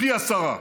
פי עשרה.